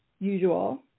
usual